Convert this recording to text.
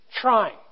trying